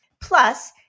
Plus